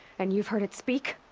and you've heard it speak?